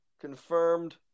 confirmed